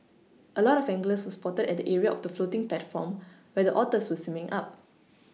a lot of anglers were spotted at the area of the floating platform where the otters were swimming up